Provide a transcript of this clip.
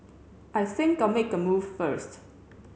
I think I'll make a move first